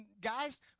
Guys